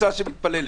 קבוצה שמתפללת.